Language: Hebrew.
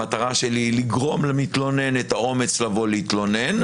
המטרה שלי היא לגרום למתלונן את האומץ לבוא להתלונן,